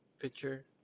Picture